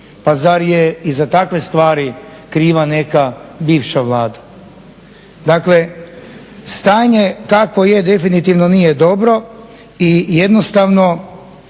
Pa zar je i za takve stvari kriva neka bivša Vlada? Dakle, stanje kakvo je definitivno nije dobro i jednostavno